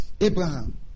Abraham